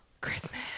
Christmas